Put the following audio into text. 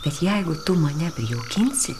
bet jeigu tu mane prijaukinsi